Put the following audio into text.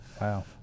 Wow